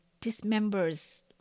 dismembers